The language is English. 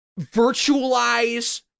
virtualize